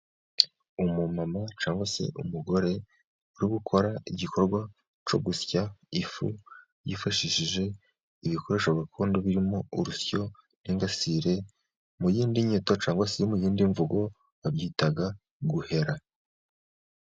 Umumama cyangwa se umugore uri gukora igikorwa cyo gusya ifu, yifashishije ibikoresho gakondo birimo: urusyo, n'ingasire. Mu yindi nyito, cyangwa se mu yindi mvugo babyita guhera.